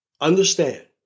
understand